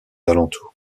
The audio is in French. alentours